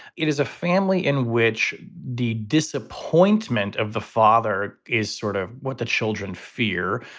it is a family in which the disappointment of the father is sort of what the children fear.